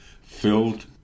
filled